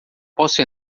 posso